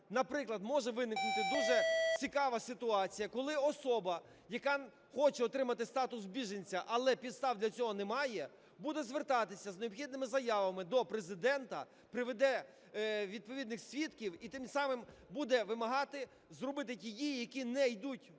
наприклад, може виникнути дуже цікава ситуація, коли особа, яка хоче отримати статус біженця, але підстав для цього немає, буде звертатися з необхідними заявами до Президента, приведе відповідних свідків, і тим самим буде вимагати зробити ті дії, які не йдуть на